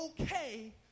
okay